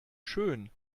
schön